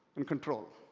and control.